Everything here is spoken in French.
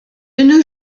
nos